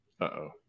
Uh-oh